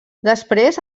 després